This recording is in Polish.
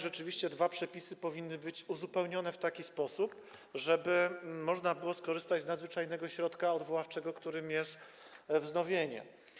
Rzeczywiście dwa przepisy powinny być uzupełnione w taki sposób, żeby można było skorzystać z nadzwyczajnego środka odwoławczego, którym jest wznowienie.